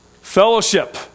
Fellowship